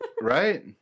Right